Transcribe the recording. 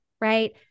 Right